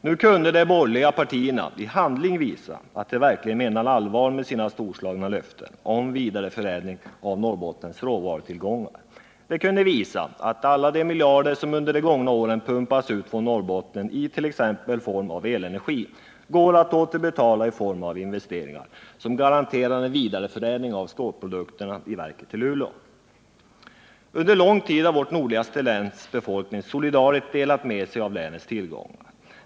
Nu kunde de borgerliga partierna i handling visa att de verkligen menar allvar med sina storslagna löften om vidareförädling av Norrbottens råvarutillgångar. De kunde visa att alla miljarder som under de gångna åren har pumpats ut från Norrbotten t.ex. i form av elenergi går att återbetala i form av investeringar som garanterar en vidareförädling av stålprodukterna i järnverket i Luleå. Under lång tid har vårt nordligaste läns befolkning solidariskt delat med sig av länets tillgångar.